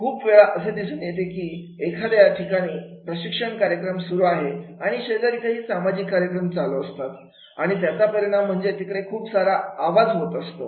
खूप वेळा असे दिसून येते की एखाद्या ठिकाणी प्रशिक्षण कार्यक्रम सुरू आहे आणि शेजारी काही सामाजिक कार्यक्रम चालू असतात आणि त्याचा परिणाम म्हणजे तिकडे खूप सारा आवाज होत असतो